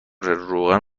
روغن